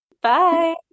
Bye